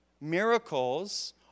Miracles